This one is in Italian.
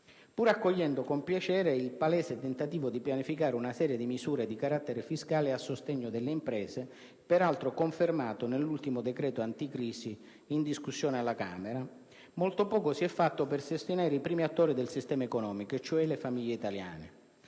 Pur accogliendo con piacere il palese tentativo di pianificare una serie di misure di carattere fiscale a sostegno delle imprese, peraltro confermato nell'ultimo decreto anticrisi in discussione alla Camera, molto poco si è fatto per sostenere i primi attori del sistema economico, cioè le famiglie italiane.